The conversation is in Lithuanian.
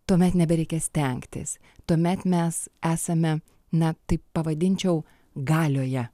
tuomet nebereikia stengtis tuomet mes esame na taip pavadinčiau galioje